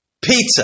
pizza